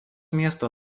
miesto